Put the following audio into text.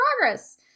progress